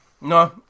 No